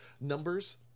numbers